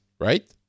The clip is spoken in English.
right